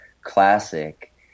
classic